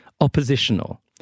Oppositional